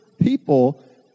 people